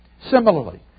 Similarly